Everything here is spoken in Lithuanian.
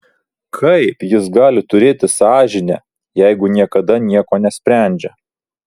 kaip jis gali turėti sąžinę jeigu niekada nieko nesprendžia